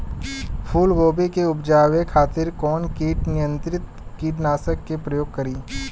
फुलगोबि के उपजावे खातिर कौन कीट नियंत्री कीटनाशक के प्रयोग करी?